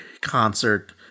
concert